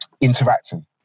interacting